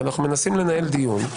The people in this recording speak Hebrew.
אנחנו מנסים לנהל דיון.